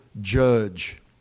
judge